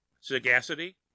sagacity